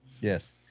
Yes